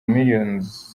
millions